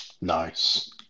Nice